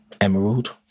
emerald